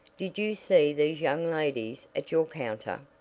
did you see these young ladies at your counter?